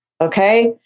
Okay